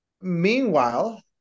Meanwhile